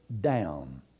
down